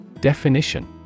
Definition